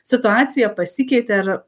situacija pasikeitė ar